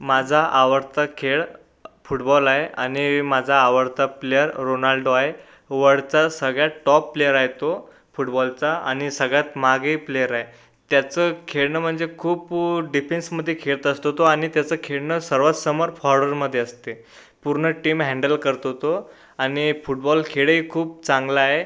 माझा आवडता खेळ फुटबॉल आहे आणि माझा आवडता प्लेयर रोनाल्डो आहे वर्डचा सगळ्यात टॉप प्लेयर आहे तो फुटबॉलचा आणि सगळ्यात मागे प्लेयर आहे त्याचं खेळणं म्हणजे खूप डिफेंसमधे खेळत असतो तो आणि त्याचं खेळणं सर्वात समर फॉर्डरमधे असते पूर्ण टीम हँडल करतो तो आणि फुटबॉल खेळही खूप चांगला आहे